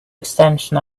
extension